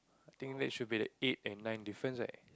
I think that should be the eight and nine difference right